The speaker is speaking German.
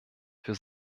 für